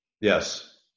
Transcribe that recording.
Yes